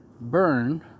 burn